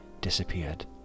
disappeared